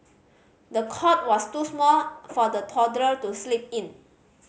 the cot was too small for the toddler to sleep in